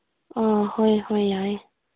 ꯑꯥ ꯍꯣꯏ ꯍꯣꯏ ꯌꯥꯏꯌꯦ